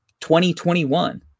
2021